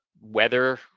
weather